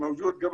מלפני דת